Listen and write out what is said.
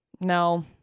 No